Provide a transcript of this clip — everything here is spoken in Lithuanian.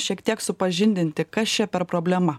šiek tiek supažindinti kas čia per problema